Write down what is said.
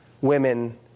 women